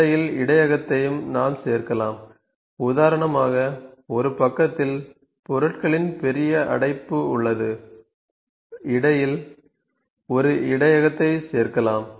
இடையில் இடையகத்தையும் நாம் சேர்க்கலாம் உதாரணமாக ஒரு பக்கத்தில் பொருட்களின் பெரிய அடைப்பு உள்ளது இடையில் ஒரு இடையகத்தை சேர்க்கலாம்